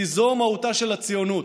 כי זו מהותה של הציונות,